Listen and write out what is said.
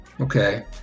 Okay